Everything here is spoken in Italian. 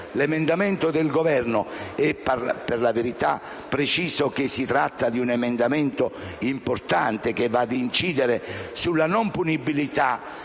l'emendamento del Governo - e, per la verità, preciso che si tratta di un emendamento importante, che va ad incidere sulla non punibilità